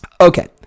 Okay